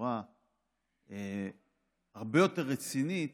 בצורה הרבה יותר רצינית.